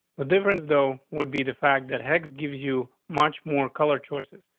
the difference, though, would be the fact that hex give you much more color choices.